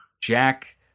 Jack